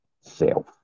self